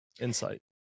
insight